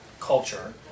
culture